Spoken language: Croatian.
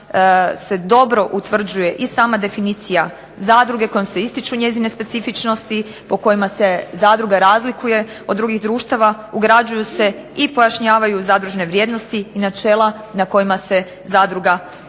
se dobro utvrđuje i sama definicija zadruge kojom se ističu njezine specifičnosti po kojima se zadruga razlikuje od drugih društava, ugrađuju se i pojašnjavaju zadružne vrijednosti i načela na kojima se zadruga temelji.